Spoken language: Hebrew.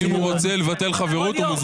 אם הוא רוצה לבטל חברות הוא מוזמן.